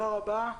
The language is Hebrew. תודה רבה.